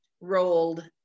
rolled